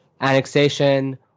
annexation